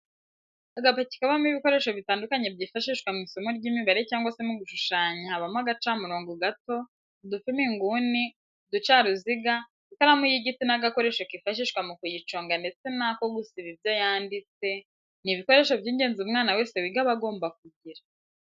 Agapaki kabamo ibikoresho bitandukanye byifashishwa mu isomo ry'imibare cyangwa se mu gushushanya habamo agacamurongo gato, udupima inguni, uducaruziga, ikaramu y'igiti n'agakoresho kifashishwa mu kuyiconga ndetse n'ako gusiba ibyo yanditse, ni ibikoresho by'ingenzi umwana wese wiga aba agomba kugira.